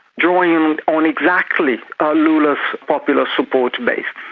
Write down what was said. drawing um on exactly ah lula's popular support base.